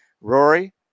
Rory